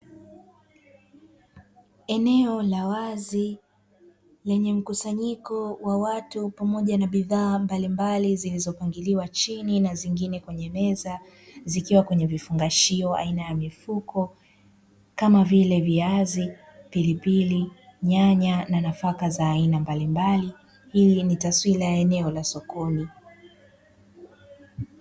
Eneo la wazi lenye mkusanyiko wa watu pamoja na bidhaa mbalimbali; zilizopangiliwa chini na nyingine kwenye meza, zikiwa kwenye vifungashio aina ya mifuko kama vile: viazi, pilipili, nyanya na nafaka za aina mbalimbali. Hii ni taswira ya eneo la sokoni.